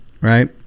right